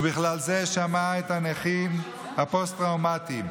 ובכלל זה שמעה את הנכים הפוסט-טראומטיים.